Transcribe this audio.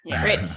great